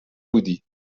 بودی